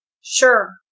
Sure